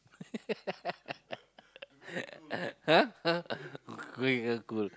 !huh! to make her cool